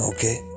Okay